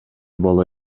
боло